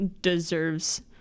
deserves